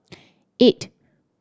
eight